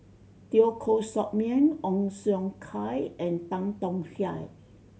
Teo Koh Sock Miang Ong Siong Kai and Tan Tong Hye